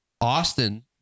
Austin